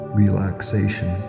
relaxation